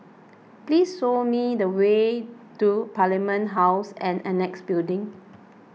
please show me the way to Parliament House and Annexe Building